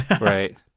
Right